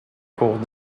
cours